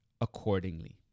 accordingly